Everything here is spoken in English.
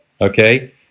Okay